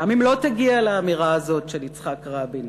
גם אם לא תגיע לאמירה הזאת של יצחק רבין,